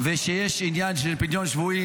ושיש עניין של פדיון שבויים.